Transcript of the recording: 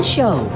Show